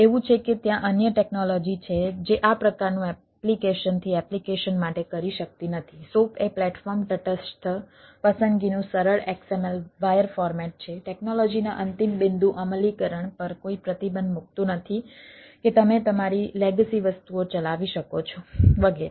એવું છે કે ત્યાં અન્ય ટેક્નોલોજી છે જે આ પ્રકારનું એપ્લિકેશનથી એપ્લિકેશન માટે કરી શકતી નથી SOAP એ પ્લેટફોર્મ તટસ્થ પસંદગીનું સરળ XML વાયર ફોર્મેટ છે ટેક્નોલોજીના અંતિમ બિંદુ અમલીકરણ પર કોઈ પ્રતિબંધ મૂકતું નથી કે તમે તમારી લેગસી વસ્તુઓ ચલાવી શકો છો વગેરે